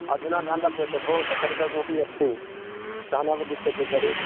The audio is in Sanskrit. अधुना न लभ्यते भो तत्रसः कोऽपि अस्ति सः न वदिष्यति तर्हि